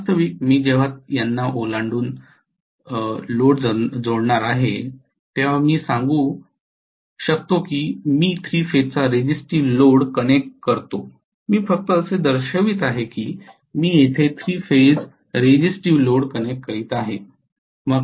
वास्तविक मी जेव्हा यांना ओलांडून लोड जोडणार आहे तेव्हा मी सांगू की मी 3 फेजचा रेझिस्टिव्ह लोड कनेक्ट करतो मी फक्त असे दर्शवित आहे की मी येथे 3 फेज रेझिस्टिव्ह लोड कनेक्ट करीत आहे